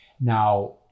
Now